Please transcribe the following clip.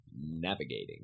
Navigating